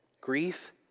Grief